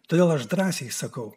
todėl aš drąsiai sakau